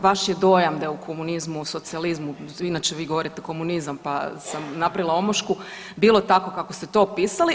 Vaš je dojam da je u komunizmu, u socijalizmu, inače vi govorite komunizam pa sam napravila omašku bilo tako kako ste to opisali.